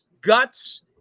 guts